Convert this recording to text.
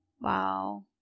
Wow